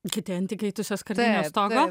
katė ant įkaitusio skardinio stogo